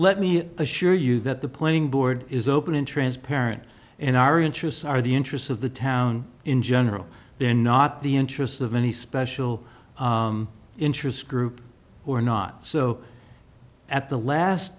let me assure you that the playing board is open and transparent and our interests are the interests of the town in general then not the interests of any special interest group or not so at the last